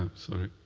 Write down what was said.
sorry.